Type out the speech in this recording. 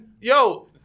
yo